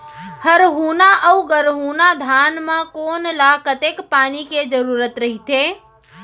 हरहुना अऊ गरहुना धान म कोन ला कतेक पानी के जरूरत रहिथे?